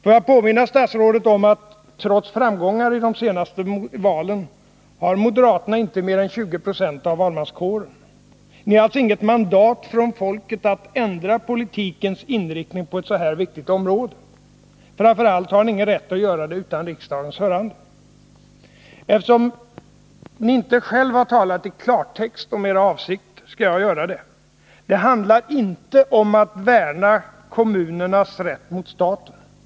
Får jag påminna statsrådet om att trots framgångar i de senaste valen har moderaterna inte mer än 20 96 av valmanskåren. Ni har alltså inget mandat från folket att ändra politikens inriktning på ett så här viktigt område. Framför allt har ni ingen rätt att göra det utan riksdagens hörande. Eftersom ni inte själv har talat i klartext om era avsikter, skall jag göra det. Det handlar inte om att värna om kommunernas rätt mot staten.